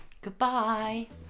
Goodbye